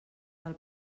del